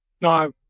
No